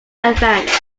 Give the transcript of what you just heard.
events